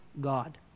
God